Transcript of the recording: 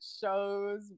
shows